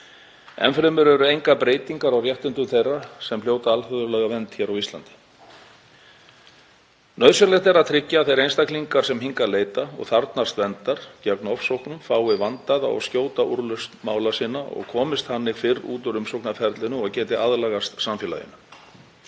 Enn fremur eru engar breytingar á réttindum þeirra sem hljóta alþjóðlega vernd á Íslandi. Nauðsynlegt er að tryggja að þeir einstaklingar sem hingað leita og þarfnast verndar gegn ofsóknum fái vandaða og skjóta úrlausn mála sinna og komist þannig fyrr út úr umsóknarferlinu og geti aðlagast samfélaginu